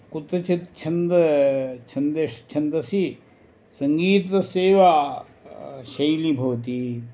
कुत्रचित् छन्दः छन्दस् छन्दसि सङ्गीतस्यैव शैली भवति